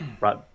right